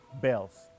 bells